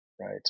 right